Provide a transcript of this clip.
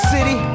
City